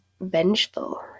vengeful